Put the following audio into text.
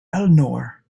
eleanor